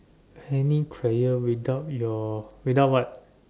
any prayer without your without what